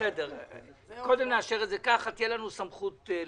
קודם נאשר את זה ככה, תהיה לנו סמכות לשנות,